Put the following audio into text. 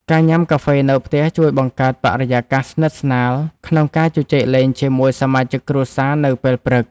ការញ៉ាំកាហ្វេនៅផ្ទះជួយបង្កើតបរិយាកាសស្និទ្ធស្នាលក្នុងការជជែកលេងជាមួយសមាជិកគ្រួសារនៅពេលព្រឹក។